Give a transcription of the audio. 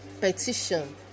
petition